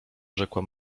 rzekła